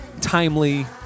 timely